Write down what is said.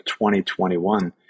2021